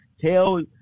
Tell